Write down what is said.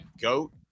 Goat